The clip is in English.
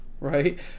Right